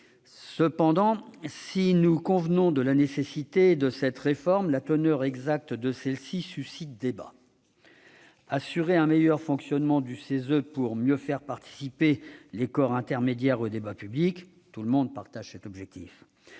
Cependant, si nous convenons de la nécessité d'une réforme, la teneur exacte de celle-ci suscite débat. Assurer un meilleur fonctionnement du CESE pour mieux faire participer les corps intermédiaires au débat public ? Nous partageons tous cet objectif.